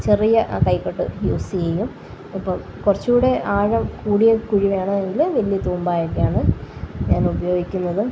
ചെറിയ കൈകോട്ട് യൂസ് ചെയ്യും ഇപ്പം കുറച്ചും കൂടെ ആഴം കൂടിയ കുഴി വേണമെങ്കില് വലിയ തൂമ്പയൊക്കെയാണ് ഞാനുപയോഗിക്കുന്നത്